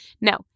No